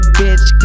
bitch